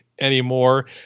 anymore